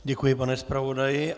Děkuji, pane zpravodaji.